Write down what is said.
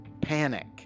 panic